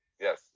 Yes